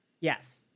Yes